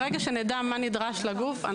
ברגע שנדע מה נדרש לגוף.